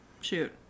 Shoot